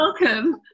welcome